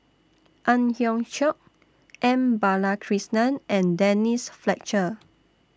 Ang Hiong Chiok M Balakrishnan and Denise Fletcher